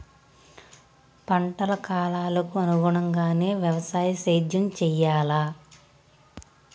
పంటల కాలాలకు అనుగుణంగానే వ్యవసాయ సేద్యం చెయ్యాలా?